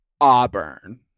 auburn